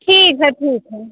ठीक है ठीक है